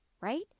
right